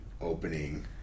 opening